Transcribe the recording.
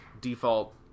default